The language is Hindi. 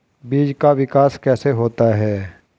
बीज का विकास कैसे होता है?